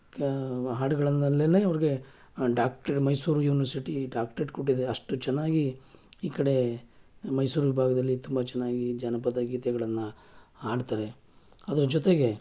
ಕ ಹಾಡುಗಳಲ್ಲೆಲ್ಲಾ ಇವ್ರಿಗೆ ಡಾಕ್ಟರ್ ಮೈಸೂರು ಯುನಿವರ್ಸಿಟಿ ಡಾಕ್ಟರೇಟ್ ಕೊಟ್ಟಿದೆ ಅಷ್ಟು ಚೆನ್ನಾಗಿ ಈ ಕಡೆ ಮೈಸೂರು ವಿಭಾಗದಲ್ಲಿ ತುಂಬ ಚೆನ್ನಾಗಿ ಜಾನಪದ ಗೀತೆಗಳನ್ನು ಹಾಡ್ತಾರೆ ಅದರ ಜೊತೆಗೆ